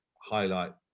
highlight